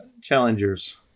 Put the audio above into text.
challengers